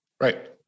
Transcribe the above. Right